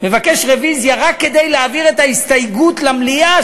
מבקש רוויזיה רק כדי להעביר את ההסתייגות למליאה,